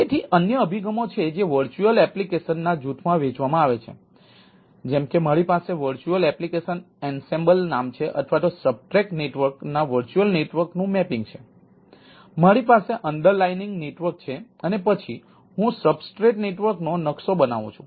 તેથી અન્ય અભિગમો છે જે વર્ચ્યુઅલ એપ્લિકેશન્સ છે અને પછી હું સબસ્ટ્રેટ નેટવર્ક નો નકશો બનાવું છું